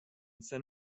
san